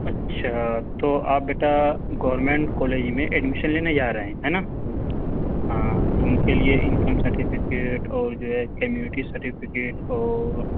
اچھا تو آپ بیٹا گورنمنٹ کالج میں ایڈمیشن لینا جا رہے ہیں ہے نا ہاں تو ان کے لیے انکم سرٹیفکیٹ اور جو ہے کمیونٹی سرٹیفکیٹ اور